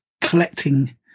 collecting